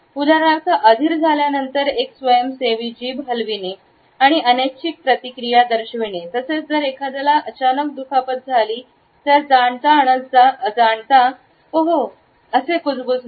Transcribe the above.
उदाहरणार्थ अधीर झाल्यानंतर एक स्वयंसेवी जीभ हलविणे आणि अनैच्छिक प्रतिक्रिया दर्शविणे तसेच जर एखाद्याला अचानक दुखापत झाली तर जाणता अजाणता "ओहो" असे कुजबुजणे